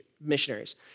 missionaries